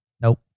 Nope